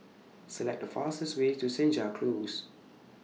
Select The fastest Way to Senja Close